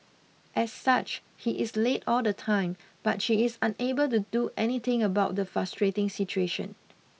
as such he is late all the time but she is unable to do anything about the frustrating situation